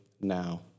now